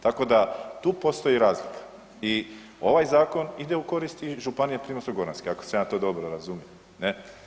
Tako da tu postoji razlika i ovaj zakon ide u korist tih županija Primorsko-goranskih ako sam ja to dobro razumio ne.